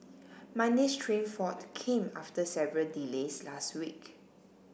Monday's train fault came after several delays last week